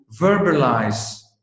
verbalize